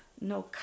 no